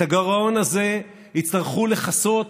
את הגירעון הזה יצטרכו לכסות